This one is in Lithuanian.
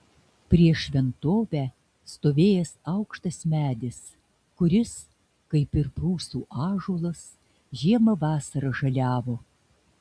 prieš šventovę stovėjęs aukštas medis kuris kaip ir prūsų ąžuolas žiemą vasarą žaliavo